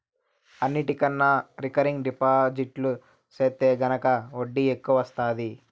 అన్నిటికన్నా recurring deposit సెత్తే గనక ఒడ్డీ ఎక్కవొస్తాది